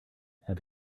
have